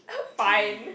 fine